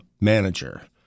Manager